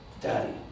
daddy